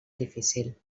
difícil